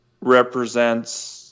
represents